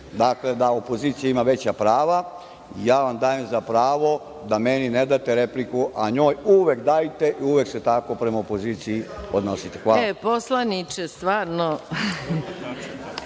dakle, da opozicija ima veća prava, ja Vam dajem za pravo da meni ne date repliku, a njoj uvek dajte i uvek se tako prema opoziciji odnosite. Hvala. **Maja Gojković** E, poslaniče, stvarno,